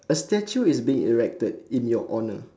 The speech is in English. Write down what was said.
a statue is being erected in your honour